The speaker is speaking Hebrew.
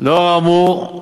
"לאור האמור,